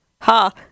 Ha